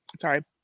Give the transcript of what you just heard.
sorry